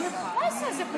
מה זה שלכם?